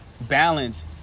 balance